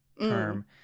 term